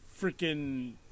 freaking